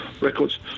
records